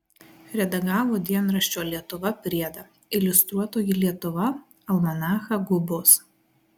redagavo dienraščio lietuva priedą iliustruotoji lietuva almanachą gubos